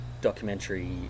documentary